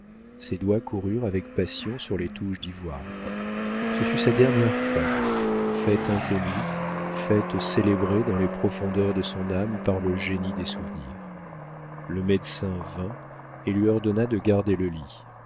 ses doigts coururent avec passion sur les touches d'ivoire ce fut sa dernière fête fête inconnue fête célébrée dans les profondeurs de son âme par le génie des souvenirs le médecin vint et lui ordonna de garder le lit